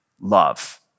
love